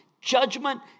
judgment